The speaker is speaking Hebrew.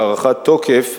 הארכת תוקף,